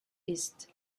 ist